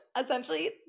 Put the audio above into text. essentially